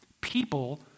People